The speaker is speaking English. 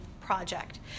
project